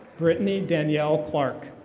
brittany danielle clark.